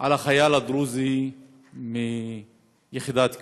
על החייל הדרוזי מיחידת כפיר.